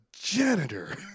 janitor